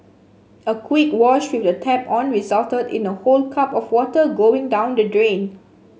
a quick wash with the tap on resulted in a whole cup of water going down the drain